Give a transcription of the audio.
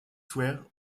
ware